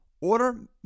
Order